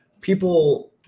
people